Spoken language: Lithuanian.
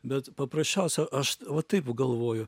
bet paprasčiausia aš va taip galvoju